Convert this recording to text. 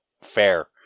fair